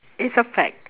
it's a fact